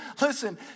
listen